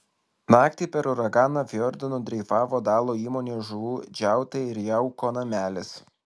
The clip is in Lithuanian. naktį per uraganą fjordu nudreifavo dalo įmonės žuvų džiautai ir jauko namelis